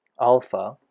alpha